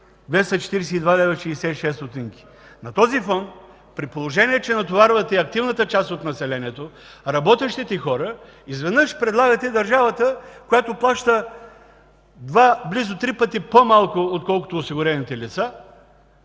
242,66 лв. На този фон, при положение че натоварвате активната част от населението, работещите хора, изведнъж предлагате държавата, която плаща близо три пъти по-малко отколкото осигурените лица,